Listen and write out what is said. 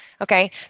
okay